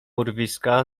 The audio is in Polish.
urwiska